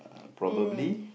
uh probably